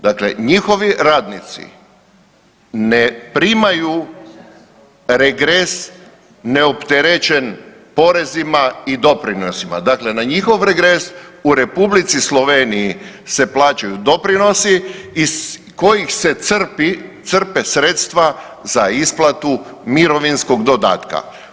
Dakle, njihovi radnici ne primaju regres neopterećen porezima i doprinosima, dakle na njihov regres u Republici Sloveniji se plaćaju doprinosi iz kojih se crpi, crpe sredstva za isplatu mirovinskog dodatka.